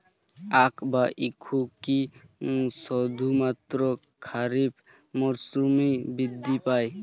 আখ বা ইক্ষু কি শুধুমাত্র খারিফ মরসুমেই বৃদ্ধি পায়?